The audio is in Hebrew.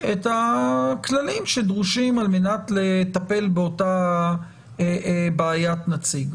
את הכללים שדרושים על מנת לטפל באותה בעיית נציג.